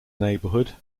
neighborhood